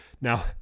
Now